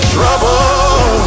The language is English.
Trouble